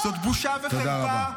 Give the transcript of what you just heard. זה בושה וחרפה.